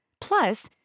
Plus